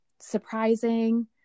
surprising